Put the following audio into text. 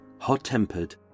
hot-tempered